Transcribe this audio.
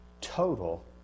total